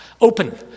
open